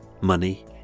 money